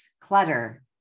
clutter